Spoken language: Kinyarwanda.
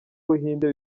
buhinde